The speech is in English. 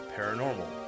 Paranormal